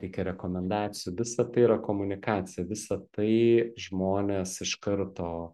reikia rekomendacijų visa tai yra komunikacija visa tai žmonės iš karto